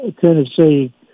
Tennessee